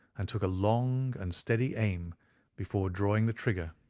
and took a long and steady aim before drawing the trigger.